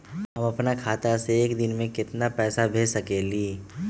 हम अपना खाता से एक दिन में केतना पैसा भेज सकेली?